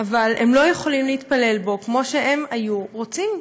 אבל הם לא יכולים להתפלל בו כמו שהם היו רוצים,